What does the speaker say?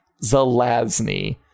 Zelazny